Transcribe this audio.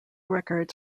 records